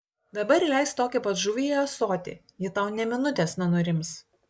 dabar įleisk tokią pat žuvį į ąsotį ji tau nė minutės nenurims